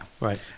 Right